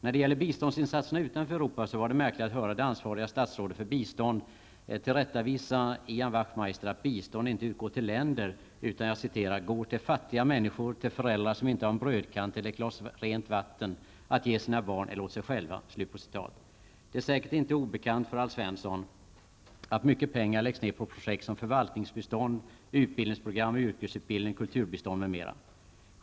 När det gäller biståndsinsatserna utanför Europa var det märkligt att höra det ansvariga statsrådet för bistånd tillrättavisa Ian Wachtmeister genom att säga att bistånd inte utgår till länder utan går till fattiga människor, till föräldrar som inte har en brödkant eller ett glas rent vatten att ge sina barn eller sig själva. Det är säkert inte obekant för Alf Svensson att mycket pengar läggs ned på projekt som förvaltningsbistånd, utbildningsprogram, yrkesutbildning, kulturbistånd, m.m.